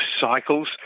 cycles